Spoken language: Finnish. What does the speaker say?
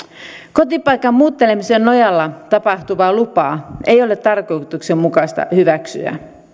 kotipaikan muuttelemisen nojalla tapahtuvaa lupaa ei ole tarkoituksenmukaista hyväksyä